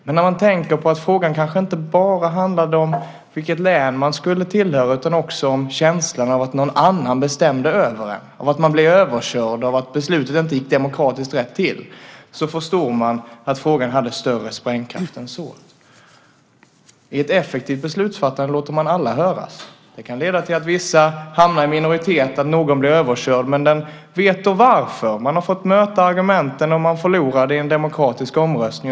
Men när man tänker på att det hela inte bara handlar om vilket län man ska tillhöra utan också om känslan att någon annan bestämde över en - att man blev överkörd och att beslutet inte gick demokratiskt rätt till - förstår man varför frågan har haft så stor sprängkraft. I ett effektivt beslutsfattande låter man alla höras. Det kan leda till att vissa hamnar i minoritet och att någon blir överkörd, men i så fall får man veta varför. Man har fått möta argumenten, och man har förlorat i en demokratisk omröstning.